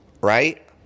right